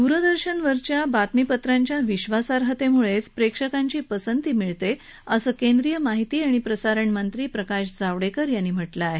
दूरदर्शनवरच्या बातमीपत्रांच्या विधासार्हतेमुळेच प्रेक्षकांची पसंती मिळते असं माहिती आणि प्रसारण मंत्री प्रकाश जावडेकर यांनी म्हटलं आहे